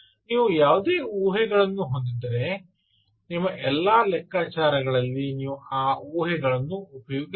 ನೀವು ಯಾವುದೇ ಊಹೆಗಳನ್ನು ಹೊಂದಿದ್ದರೆ ನಿಮ್ಮ ಎಲ್ಲಾ ಲೆಕ್ಕಾಚಾರಗಳಲ್ಲಿ ನೀವು ಆ ಊಹೆಗಳನ್ನು ಉಪಯೋಗಿಸಬಹುದು